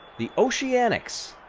the oceanics,